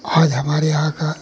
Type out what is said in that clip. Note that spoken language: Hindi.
आज हमारे यहाँ का